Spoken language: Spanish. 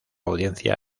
audiencia